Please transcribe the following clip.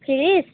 fridge